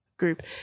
group